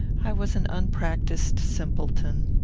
i was an unpractised simpleton.